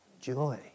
Joy